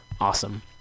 Awesome